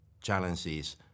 challenges